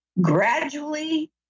gradually